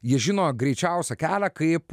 jie žino greičiausią kelią kaip